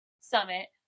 Summit